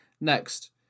next